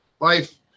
life